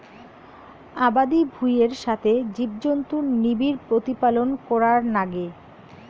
আবাদি ভুঁইয়ের সথে জীবজন্তুুর নিবিড় প্রতিপালন করার নাগে